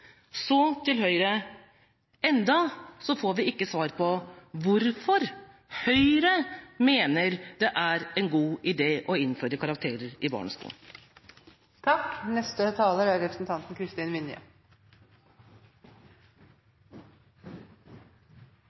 Så til Høyre: Enda får vi ikke svar på hvorfor Høyre mener det er en god idé å innføre karakterer i